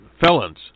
felons